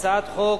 הצעת חוק